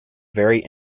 very